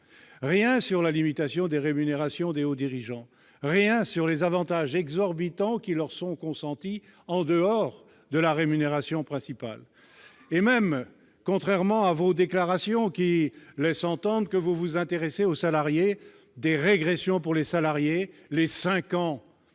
Rien sur la limitation des rémunérations des hauts dirigeants. Rien sur les avantages exorbitants qui leur sont consentis en dehors de leur rémunération principale. Et même, contrairement à vos déclarations qui laissent entendre que vous vous intéressez aux salariés, vous nous proposez des régressions.